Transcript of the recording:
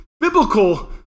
biblical